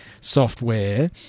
software